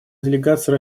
делегация